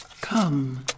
Come